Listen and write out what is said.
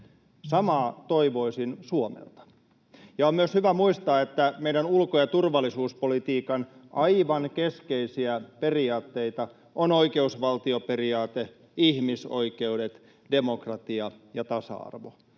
Samaa toivoisin Suomelta. On myös hyvä muistaa, että meidän ulko- ja turvallisuuspolitiikan aivan keskeisiä periaatteita on oikeusvaltioperiaate, ihmisoikeudet, demokratia ja tasa-arvo,